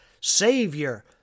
Savior